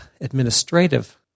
administrative